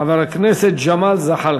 חבר הכנסת ג'מאל זחאלקה.